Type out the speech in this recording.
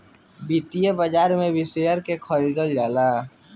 वित्तीय बाजार में शेयर के भी खरीदल जाला